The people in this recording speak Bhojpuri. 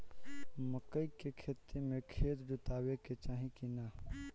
मकई के खेती मे खेत जोतावे के चाही किना?